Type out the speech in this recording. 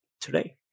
today